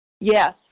Yes